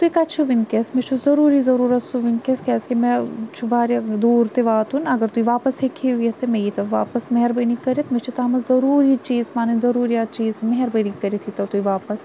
تُہۍ کَتہِ چھِو وٕنکیٚس مےٚ چھُ ضروٗری ضروٗرَت سُہ وٕنکیٚس کیازکہِ مےٚ چھُ واریاہ دوٗر تہِ واتُن اگر تُہۍ واپَس ہیٚکہِ ہِو یِتھ تہٕ مےٚ ییٖتَو واپَس مہربٲنی کٔرِتھ مےٚ چھُ تَتھ مَنٛز ضروٗری چیٖز پَنٕنۍ ضروٗریات چیٖز مہربٲنی کٔرِتھ ییٖتَو تُہۍ واپَس